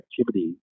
activity